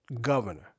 governor